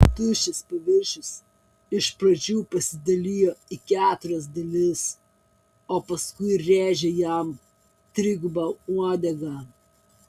tuščias paviršius iš pradžių pasidalijo į keturias dalis o paskui rėžė jam triguba uodega